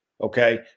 okay